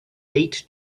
date